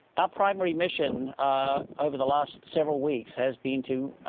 our primary mission over the last several weeks has been to,